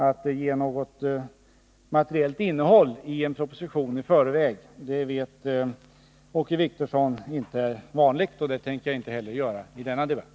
Åke Wictorsson vet att det inte är vanligt att i förväg ange något materiellt innehåll i en proposition, och det tänker jag inte heller göra i denna debatt.